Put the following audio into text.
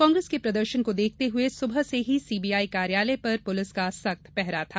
कांग्रेस के प्रदर्शन को देखते हुए सुबह से ही सीबीआई कार्यालय पर पुलिस का सख्त पहरा था